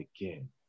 again